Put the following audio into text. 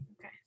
Okay